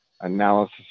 analysis